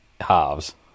halves